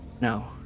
No